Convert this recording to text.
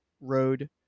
road